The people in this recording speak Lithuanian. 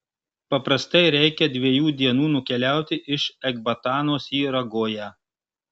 paprastai reikia dviejų dienų nukeliauti iš ekbatanos į ragoją